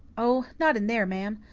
oh, not in there, ma'am.